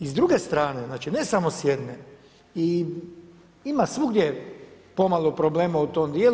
I s druge strane, znači ne samo s jedne i ima svugdje pomalo problema u tom dijelu.